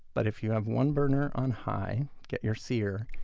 but if you have one burner on high, get your sear,